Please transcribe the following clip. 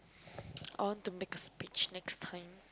I want to make speech next time